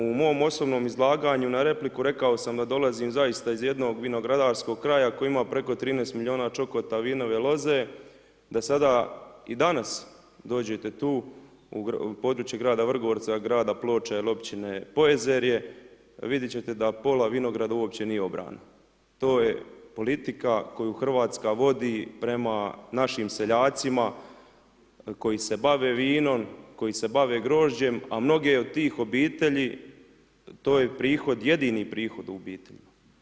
U mom osobnom izlaganju na repliku rekao sam da dolazim zaista iz jednog vinogradarskog kraja koji ima preko 13 milijuna čokota vinove loze, da sada i danas dođete tu u područje grada Vrgorca, grada Ploča ili općine Pojezerje, vidit ćete da pola vinograda uopće nije obrano, to je politika koju Hrvatska vodi prema našim seljacima koji se bave vinom, koji se bave grožđem a mnoge od tih obitelji, to je prihod, jedini prohod u obitelji.